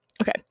okay